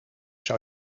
zou